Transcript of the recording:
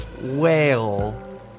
whale